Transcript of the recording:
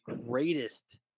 greatest